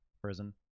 prison